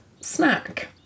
snack